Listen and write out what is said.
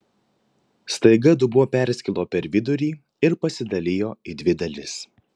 staiga dubuo perskilo per vidurį ir pasidalijo į dvi dalis